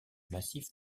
massif